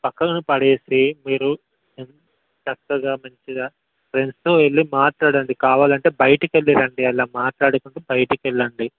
పక్కను పడేసి మీరు చక్కగా మంచిగా ఫ్రెండ్స్తో వెళ్ళి మాట్లాడండి కావాలంటే బయటికెళ్ళ రండి అలా మాట్లాడుకుంటూ బయటికెళ్ళండి